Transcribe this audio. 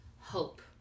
hope